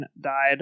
died